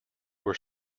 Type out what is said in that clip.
were